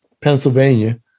Pennsylvania